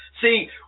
See